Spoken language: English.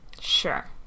Sure